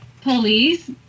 police